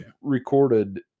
recorded